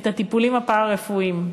את הטיפולים הפארה-רפואיים.